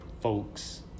folks